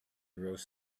roast